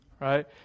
right